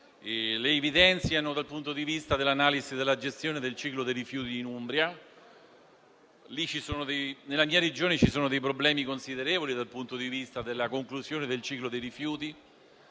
importanti dal punto di vista dell'analisi della gestione del ciclo dei rifiuti in Umbria. Nella mia Regione ci sono dei problemi considerevoli dal punto di vista della conclusione del ciclo dei rifiuti.